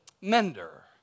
mender